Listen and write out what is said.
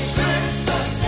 Christmas